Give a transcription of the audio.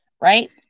Right